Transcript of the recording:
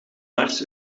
mars